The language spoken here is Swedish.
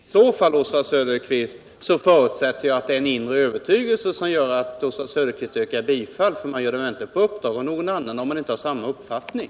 Herr talman! I så fall förutsätter jag att det är en inre övertygelse som gör att Oswald Söderqvist yrkar bifall. Man gör det väl inte på uppdrag av någon annan om man inte har samma uppfattning.